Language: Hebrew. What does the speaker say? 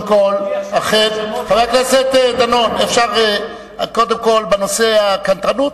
חבר הכנסת דנון, קודם כול, בנושא הקנטרנות,